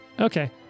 Okay